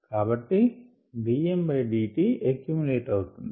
కాబట్టి dmdtఎకుమిలేట్ అవుతుంది